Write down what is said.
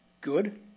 Good